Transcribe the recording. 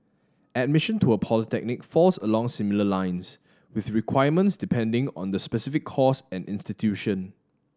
admission to a polytechnic falls along similar lines with requirements depending on the specific course and institution